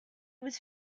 was